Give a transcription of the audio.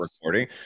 recording